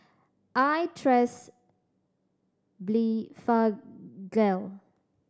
I trust Blephagel